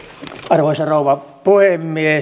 arvoisa rouva puhemies